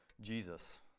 Jesus